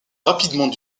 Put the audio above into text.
rapidement